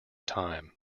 time